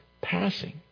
passing